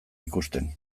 ikusten